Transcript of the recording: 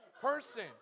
person